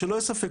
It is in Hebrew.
שלא יהיה ספק,